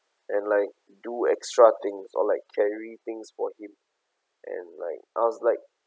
and like do extra things or like carry things for him and like I was like